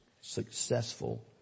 successful